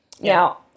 Now